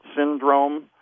syndrome